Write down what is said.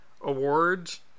awards